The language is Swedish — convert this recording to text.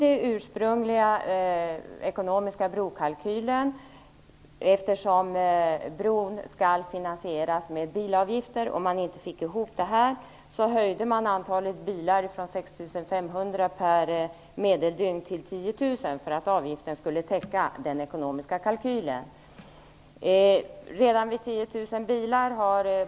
Eftersom bron skall finansieras med bilavgifter och man inte fick det att gå ihop höjde man antalet bilar från 6 500 per medeldygn i den ursprungliga ekonomiska brokalkylen till 10 000 för att avgiften skulle täcka den ekonomiska kalkylen.